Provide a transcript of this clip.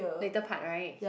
later part [right]